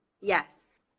Yes